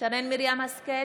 שרן מרים השכל,